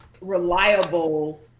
reliable